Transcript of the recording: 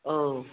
औ